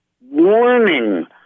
warning